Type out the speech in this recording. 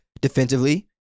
defensively